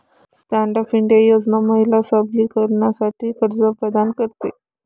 stand up India योजना महिला सबलीकरणासाठी कर्ज प्रदान करते